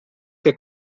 que